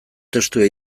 testua